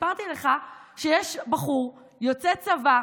סיפרתי לך שיש בחור יוצא צבא,